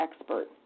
expert